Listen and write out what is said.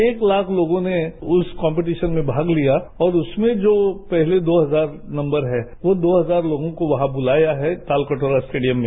एक लाख लोगों ने उस कॉम्पेटिशन में भाग लिया और उसमें जो पहले दो हजार नम्वर है वो दो हजार लोगों को वहां बुलाया है तालकटोरा स्टेडियम में